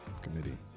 committee